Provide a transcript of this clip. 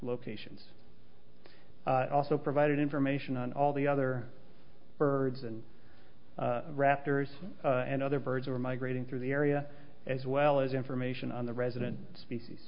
locations also provided information on all the other birds and raptors and other birds are migrating through the area as well as information on the resident species